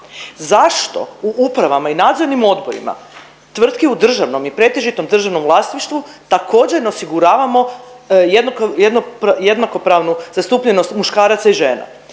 Zašto u upravama i nadzornim odborima tvrtki u državnom i pretežito državnom vlasništvu također, ne osiguravamo jednakopravnu zastupljenost muškaraca i žena?